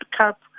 cup